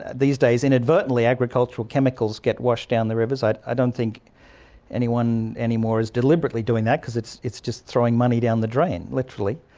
these days inadvertently agricultural chemicals get washed down the rivers. i i don't think anyone anymore is deliberately doing that because it's it's just throwing money down the drain, literally.